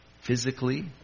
physically